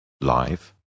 Live